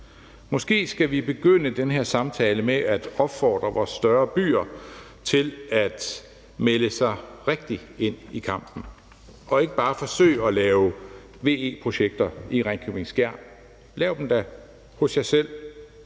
Måske skal vi begynde den her samtale med at opfordre vores større byer til at melde sig rigtigt ind i kampen og ikke bare forsøge at lave VE-projekter i Ringkøbing-Skjern. Lav dem dog hos jer selv.